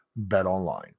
BetOnline